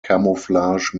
camouflage